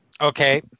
Okay